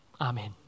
Amen